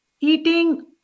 Eating